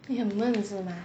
你很闷是吗